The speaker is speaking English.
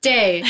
Day